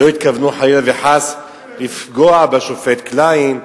לא התכוונו, חלילה וחס, לפגוע בשופט קליין.